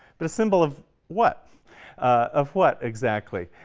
but a symbol of what of what exactly?